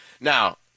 Now